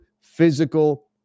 physical